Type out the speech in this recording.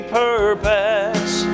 purpose